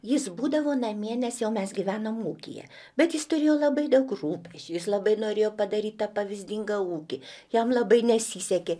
jis būdavo namie nes jau mes gyvenom ūkyje bet jis turėjo labai daug rūpesčių jis labai norėjo padaryt tą pavyzdingą ūkį jam labai nesisekė